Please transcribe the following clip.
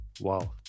Wow